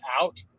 Out